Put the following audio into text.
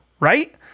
Right